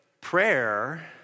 prayer